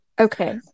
Okay